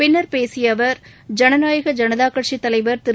பின்னர் பேசிய அவர் ஜனநாயக ஜனதா கட்சி தலைவர் திரு